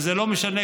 זה לא משנה,